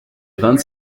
vingt